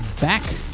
back